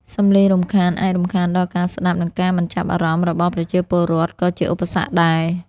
សំឡេងរំខាន អាចរំខានដល់ការស្ដាប់ និងការមិនចាប់អារម្មណ៍ របស់ប្រជាពលរដ្ឋក៏ជាឧបសគ្គដែរ។